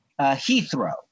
Heathrow